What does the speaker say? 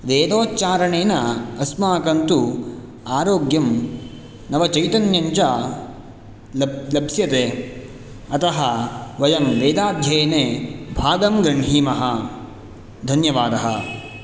वेदोच्चारणेन अस्माकं तु आरोग्यं नवचैतन्यं च लब् लप्स्यते अतः वयं वेदाध्ययने भागं गृह्णीमः धन्यवादः